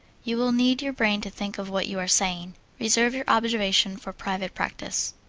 you will need your brain to think of what you are saying reserve your observation for private practise.